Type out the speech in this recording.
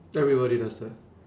everybody does that